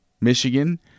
Michigan